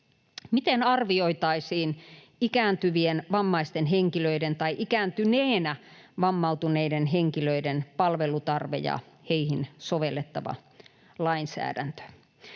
miten arvioitaisiin ikääntyvien vammaisten henkilöiden tai ikääntyneenä vammautuneiden henkilöiden palvelutarve ja heihin sovellettava lainsäädäntö.